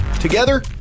Together